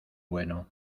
bueno